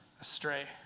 astray